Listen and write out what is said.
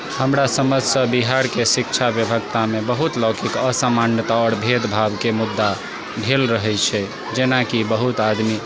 हमरा समझसँ बिहारके शिक्षा बेबस्थामे बहुत लौकिक असमानता आओर भेदभावके मुद्दा भेल रहै छै जेनाकि बहुत आदमी